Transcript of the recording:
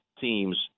teams